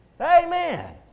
Amen